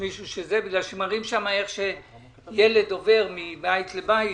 מראים שם איך ילד עובר מבית לבית